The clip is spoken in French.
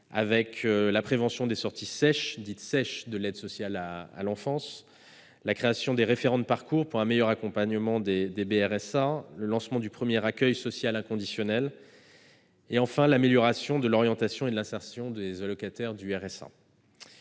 avec la prévention des sorties dites « sèches » de l'aide sociale à l'enfance, la création des référents de parcours pour un meilleur accompagnement des RSA, le lancement du premier accueil social inconditionnel et l'amélioration de l'orientation et de l'insertion des allocataires du RSA